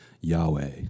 Yahweh